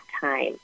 time